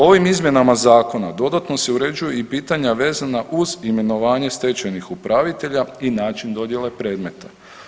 Ovim izmjenama Zakona dodatno se uređuju i pitanja vezana uz imenovanja stečajnih upravitelja i način dodjele predmeta.